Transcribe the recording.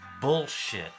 bullshit